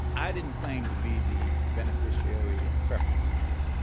i didn't claim to be the beneficiary of preferences.